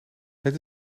het